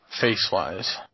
Face-wise